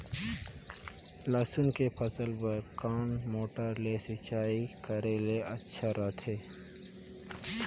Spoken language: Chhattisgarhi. लसुन के फसल बार कोन मोटर ले सिंचाई करे ले अच्छा रथे?